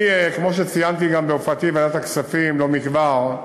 כמו שציינתי גם בהופעתי בוועדת הכספים לא מכבר,